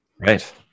Right